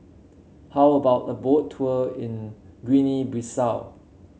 how about a Boat Tour in Guinea Bissau